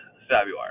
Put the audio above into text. February